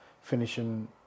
finishing